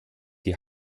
die